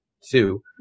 two